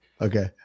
okay